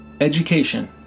Education